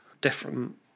different